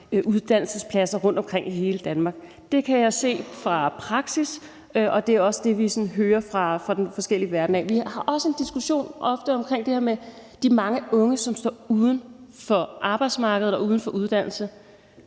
uddannelsespladser rundtomkring i hele Danmark. Det kan jeg se fra praksis, og det er også det, vi sådan hører fra den verden. Vi har også ofte en diskussion om det her med de mange unge, som står uden for arbejdsmarkedet og uden for uddannelsesområdet.